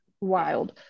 wild